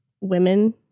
women